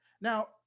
Now